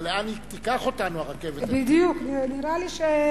אבל לאן היא תיקח אותנו, הרכבת, אני לא יודע.